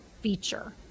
feature